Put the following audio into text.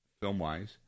film-wise